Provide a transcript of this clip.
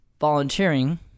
volunteering